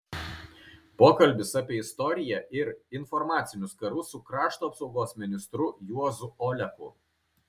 pokalbis apie istoriją ir informacinius karus su krašto apsaugos ministru juozu oleku